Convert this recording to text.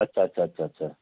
अच्छा अच्छा अच्छा अच्छा